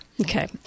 Okay